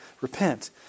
repent